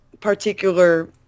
particular